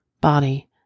Body